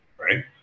Right